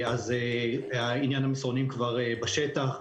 עניין המסרונים כבר בשטח.